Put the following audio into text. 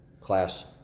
Class